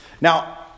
Now